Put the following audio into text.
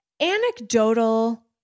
anecdotal